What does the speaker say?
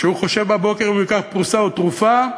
שחושב בבוקר אם הוא ייקח פרוסה או תרופה,